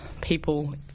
people